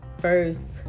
first